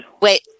Wait